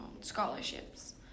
scholarships